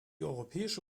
europäische